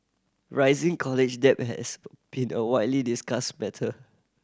rising college debt has been a widely discussed matter